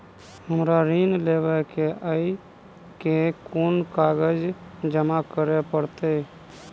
हमरा ऋण लेबै केँ अई केँ कुन कागज जमा करे पड़तै?